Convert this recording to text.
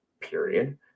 period